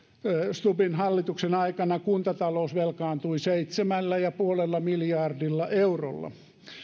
stubbin hallituksen aikana kuntatalous velkaantui seitsemällä pilkku viidellä miljardilla eurolla